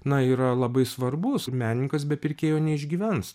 na yra labai svarbus menininkas be pirkėjo neišgyvens